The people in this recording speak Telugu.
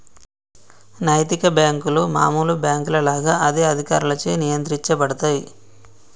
నైతిక బ్యేంకులు మామూలు బ్యేంకుల లాగా అదే అధికారులచే నియంత్రించబడతయ్